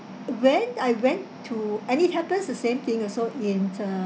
when I went to and it happens the same thing also in uh